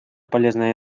полезная